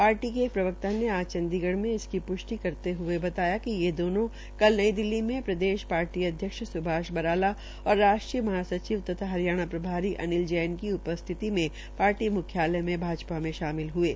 party के एक प्रवक्ता ने आज चंडीगढ़ में इसकी प्ष्टि करते हये बताया कि ये दोनों कल नई दिल्ली मे प्रदेश पार्टी अध्यक्ष सुभाष बराला और राष्ट्रीय महासचिव तथा हरियाणा प्रभारी अनिल जैन की उपस्थिति में पार्टी मुख्यालय में भाजपा में शामिल हये